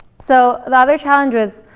so the other challenge was,